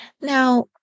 Now